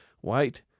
White